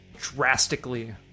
drastically